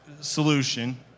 solution